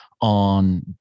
on